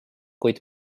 kuid